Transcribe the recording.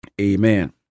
Amen